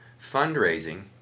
fundraising